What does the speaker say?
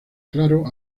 claro